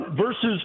versus